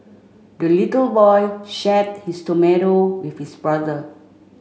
the little boy shared his tomato with his brother